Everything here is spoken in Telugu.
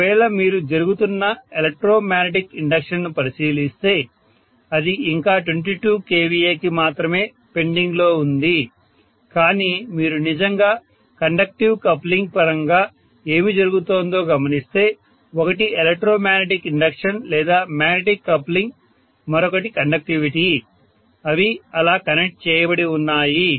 ఒకవేళ మీరు జరుగుతున్న ఎలక్ట్రో మ్యాగ్నెటిక్ ఇండక్షన్ ను పరిశీలిస్తే అది ఇంకా 22 kVA కి మాత్రమే పెండింగ్లో ఉంది కానీ మీరు నిజంగా కండక్టివ్ కప్లింగ్ పరంగా ఏమి జరుగుతోందో గమనిస్తే ఒకటి ఎలక్ట్రో మ్యాగ్నెటిక్ ఇండక్షన్ లేదా మ్యాగ్నెటిక్ కప్లింగ్ మరొకటి కండక్టివిటీ అవి అలా కనెక్ట్ చేయబడి ఉన్నాయి